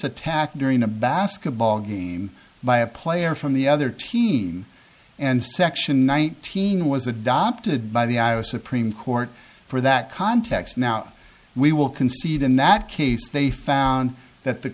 attack during a basketball game by a player from the other team and section nineteen was adopted by the iowa supreme court for that context now we will concede in that case they found that the